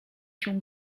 się